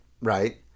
right